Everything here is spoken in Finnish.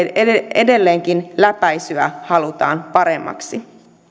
edelleenkin läpäisyä halutaan paremmaksi